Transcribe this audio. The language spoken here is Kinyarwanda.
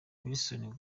wilson